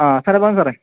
ആ സാറേ പറ സാറേ